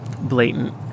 blatant